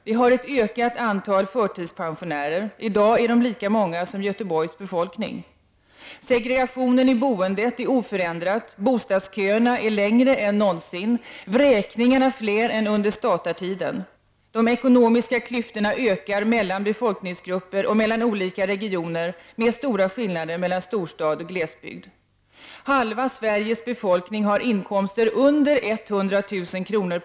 Vi har ett ökat antal förtidspensionärer; i dag är de lika många som Göteborgs befolkning. Segregationen i boendet är oförändrad. Bostadsköerna är längre än någonsin, och vräkningarna är fler än under statartiden! De ekonomiska klyftorna ökar mellan olika befolkningsgrupper och mellan olika regioner — med stora skillnader mellan storstad och glesbygd. Halva Sveriges befolkning har inkomster under 100 000 kr.